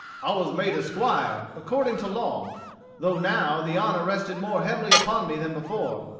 i was made a squire, according to law though now the honor rested more heavily upon me than before.